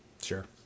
Sure